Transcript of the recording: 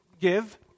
give